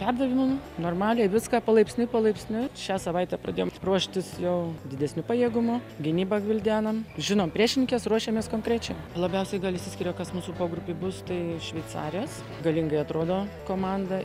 perdavimų normaliai viską palaipsniui palaipsniui šią savaitę pradėjom tik ruoštis jau didesniu pajėgumu gynybą gvildenam žinome priešininkes ruošiamės konkrečiai labiausiai išsiskiria kas mūsų pogrupy bus tai šveicarės galingai atrodo komanda